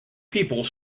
people